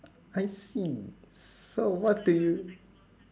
I see so what do you